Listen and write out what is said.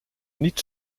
niet